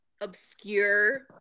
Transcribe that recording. obscure